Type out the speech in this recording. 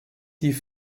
die